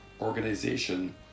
organization